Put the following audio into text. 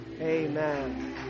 Amen